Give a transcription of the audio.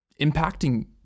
impacting